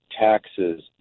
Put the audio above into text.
taxes